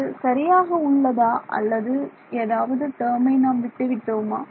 இது சரியாக உள்ளதா அல்லது ஏதாவது டேர்மை நாம் விட்டு விட்டோமா